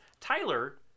tyler